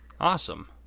Awesome